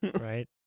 Right